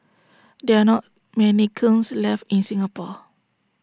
there are not many kilns left in Singapore